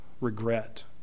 regret